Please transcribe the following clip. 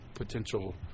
potential